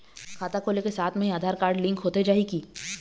खाता खोले के साथ म ही आधार कारड लिंक होथे जाही की?